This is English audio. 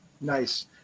Nice